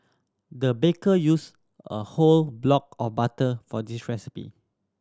the baker use a whole block of butter for this recipe